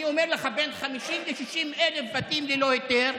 אני אומר לך, בין 50,000 ל-60,000 בתים ללא היתר,